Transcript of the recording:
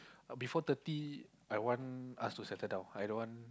before thirty I want us to settle down I don't want